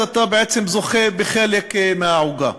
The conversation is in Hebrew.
אז אתה בעצם זוכה בחלק מהעוגה.